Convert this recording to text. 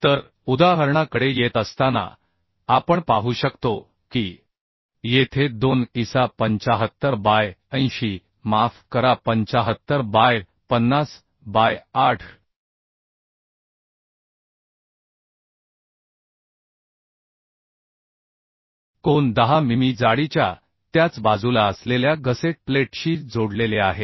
तर उदाहरणाकडे येत असताना आपण पाहू शकतो की येथे 2 ISA 75 बाय 80 माफ करा 75 बाय 50 बाय 8 कोन 10 मिमी जाडीच्या त्याच बाजूला असलेल्या गसेट प्लेटशी जोडलेले आहेत